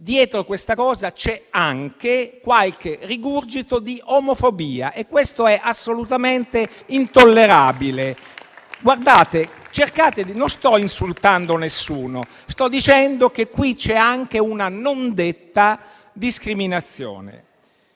dietro a questo c'è anche qualche rigurgito di omofobia e ciò è assolutamente intollerabile. Non sto insultando nessuno: sto dicendo che qui c'è anche una non detta discriminazione.